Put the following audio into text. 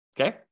okay